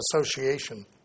Association